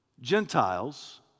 Gentiles